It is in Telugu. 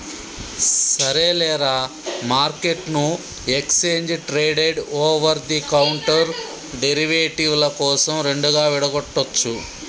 సరేలేరా, మార్కెట్ను exchange traded over the counter derivative ల కోసం రెండుగా విడగొట్టొచ్చు